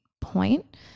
point